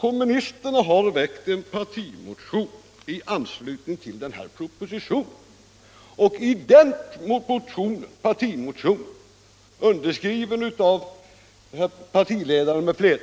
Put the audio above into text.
Kommunisterna har väckt en partimotion i anslutning till denna proposition. I den motionen, som är underskriven av bl.a. partiledaren,